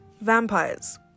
Vampires